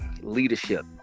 leadership